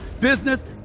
business